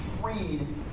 freed